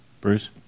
bruce